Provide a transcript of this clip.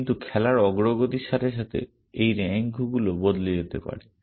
কিন্তু খেলার অগ্রগতির সাথে সাথে এই র্যাঙ্কগুলো বদলে যেতে পারে